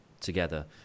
together